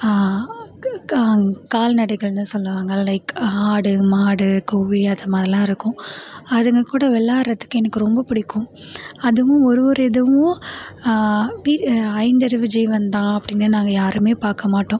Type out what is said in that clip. க க அங் கால்நடைகள்னு சொல்லுவாங்கள் லைக் ஆடு மாடு கோழி அதைமாரிலாம் இருக்கும் அதுங்க கூட விளாட்றதுக்கு எனக்கு ரொம்ப பிடிக்கும் அதுவும் ஒரு ஒரு இதுவும் பீ ஐந்தறிவு ஜீவன் தான் அப்படினு நாங்கள் யாருமே பார்க்க மாட்டோம்